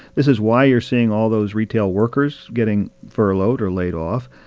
this is why you're seeing all those retail workers getting furloughed or laid off.